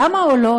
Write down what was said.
למה עולות,